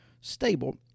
stable